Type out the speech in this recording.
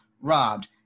robbed